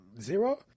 Zero